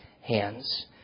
hands